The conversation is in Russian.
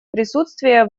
присутствия